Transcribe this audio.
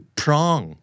prong